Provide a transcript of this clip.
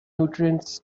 nutrients